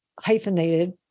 hyphenated